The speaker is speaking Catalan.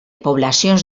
poblacions